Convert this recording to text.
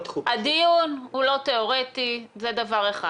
הדיון הוא לא תיאורטי, זה דבר אחד.